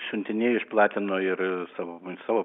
išsiuntinėjo išplatino ir savo savo